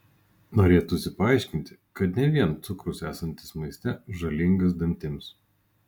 norėtųsi paaiškinti kad ne vien cukrus esantis maiste žalingas dantims